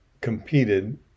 competed